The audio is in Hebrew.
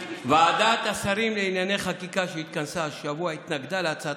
ועדת השרים לענייני חקיקה שהתכנסה השבוע התנגדה להצעת